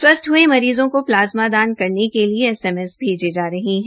स्वस्थ हये मरीजो को प्लाज्मा दान करेन के लिए एसएमएस भेजे जा रहे है